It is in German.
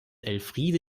elfriede